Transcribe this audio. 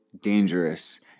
dangerous